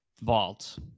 vault